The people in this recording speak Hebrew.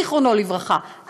זיכרונו לברכה,